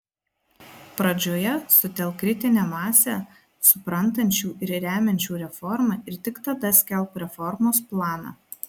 pradžioje sutelk kritinę masę suprantančių ir remiančių reformą ir tik tada skelbk reformos planą